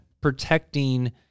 protecting